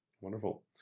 Wonderful